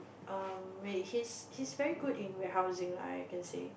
um wait he's he's very good in warehousing lah I can say